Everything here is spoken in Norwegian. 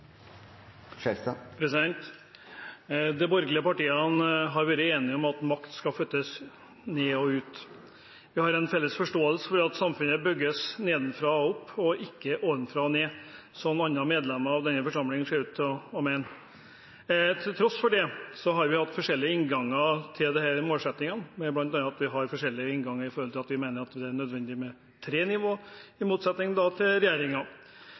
Skjelstad – til oppfølgingsspørsmål. De borgerlige partiene har vært enige om at makt skal flyttes ned og ut. Vi har en felles forståelse om at samfunnet bygges nedenfra og opp og ikke ovenfra og ned, som andre medlemmer av denne forsamlingen ser ut til å mene. Til tross for det har vi hatt forskjellige innganger til disse målsettingene, bl.a. har vi forskjellige innganger ved at vi mener det er nødvendig med tre nivåer, i motsetning til regjeringen. Så har regjeringen, til